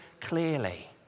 clearly